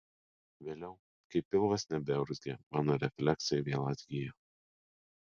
vėliau kai pilvas nebeurzgė mano refleksai vėl atgijo